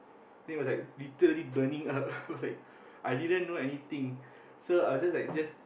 then it was like literally burning up I was like I didn't know anything so I was just like just